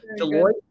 Deloitte